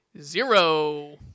Zero